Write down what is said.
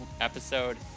episode